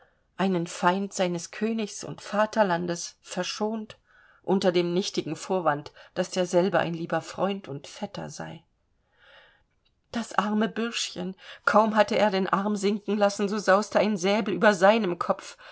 einen feind seines königs und vaterlandes verschont unter dem nichtigen vorwand daß derselbe ein lieber freund und vetter sei das arme bürschchen kaum hatte er den arm sinken lassen so sauste ein säbel über seinem kopf